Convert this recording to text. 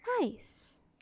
nice